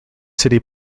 city